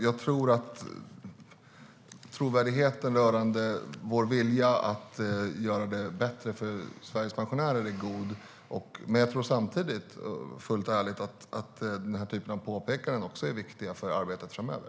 Jag tror att trovärdigheten rörande vår vilja att göra det bättre för Sveriges pensionärer är god. Man jag tror samtidigt, fullt ärligt, att den här typen av påpekanden är viktig för arbetet framöver.